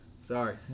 Sorry